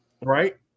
Right